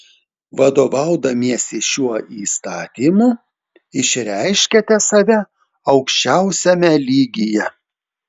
vadovaudamiesi šiuo įstatymu išreiškiate save aukščiausiame lygyje